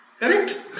correct